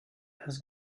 has